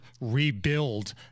rebuild